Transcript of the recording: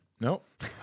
Nope